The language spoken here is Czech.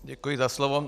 Děkuji za slovo.